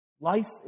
Life